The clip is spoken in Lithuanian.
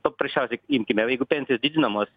paprasčiausiai imkime jeigu pensijos didinamos